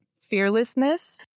fearlessness